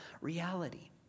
reality